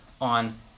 on